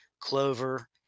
clover